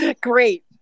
Great